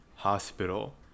hospital